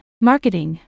marketing